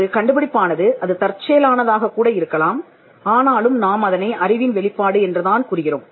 ஒரு கண்டுபிடிப்பானது அது தற்செயலானதாக கூட இருக்கலாம் ஆனாலும் நாம் அதனை அறிவின் வெளிப்பாடு என்றுதான் கூறுகிறோம்